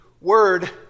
word